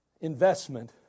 investment